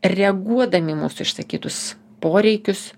reaguodami į mūsų išsakytus poreikius